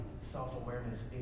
self-awareness